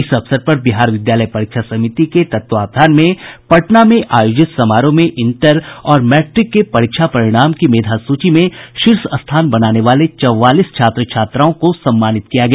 इस अवसर पर बिहार विद्यालय परीक्षा समिति के तत्वावधान में पटना में आयोजित समारोह में इंटर और मैट्रिक के परीक्षा परिणाम की मेधा सूची में शीर्ष स्थान बनाने वाले चौवालीस छात्र छात्राओं को सम्मानित किया गया